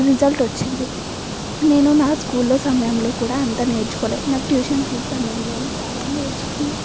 result వచ్చింది నేను నా స్కూల్లో సమయంలో కూడా అంత నేర్చుకోలేదు నా ట్యూషన్ సమయంలోనే చాలా నేర్చుకున్నాను